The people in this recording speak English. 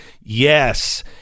Yes